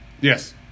Yes